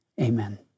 Amen